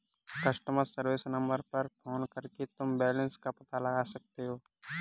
customer service number पर phone करके तुम बैलन्स का पता लगा सकते हो